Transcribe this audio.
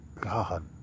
God